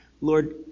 Lord